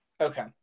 Okay